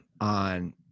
on